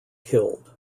killed